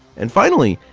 and finally,